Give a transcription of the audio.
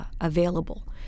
available